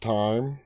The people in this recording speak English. time